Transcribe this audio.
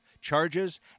charges